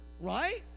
Right